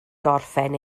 gorffen